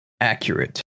accurate